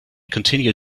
continue